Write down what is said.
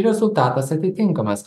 rezultatas atitinkamas